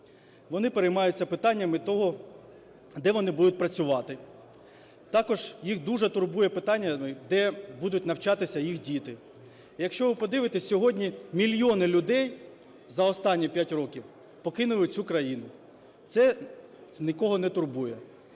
Вони переймаються питаннями того, де вони будуть працювати, також їх дуже турбує питання, де будуть навчатися їх діти. Якщо ви подивитесь, сьогодні мільйони людей за останні п'ять років покинули цю країну. Це нікого не турбує.